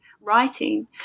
writing